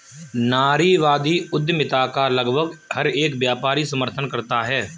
नारीवादी उद्यमिता का लगभग हर एक व्यापारी समर्थन करता है